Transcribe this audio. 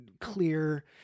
clear